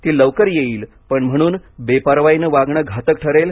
ती लवकर येईल पण म्हणून बेपर्वाईने वागण घातक ठरेल